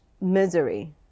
misery